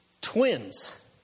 twins